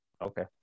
okay